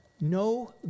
No